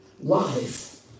life